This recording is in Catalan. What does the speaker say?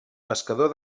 pescador